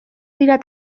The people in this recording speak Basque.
dira